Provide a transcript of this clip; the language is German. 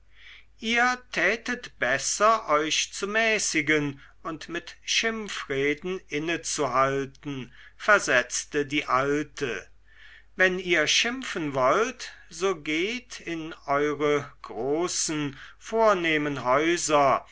ihr tätet besser euch zu mäßigen und mit schimpfreden innezuhalten versetzte die alte wenn ihr schimpfen wollt so geht in eure großen vornehmen häuser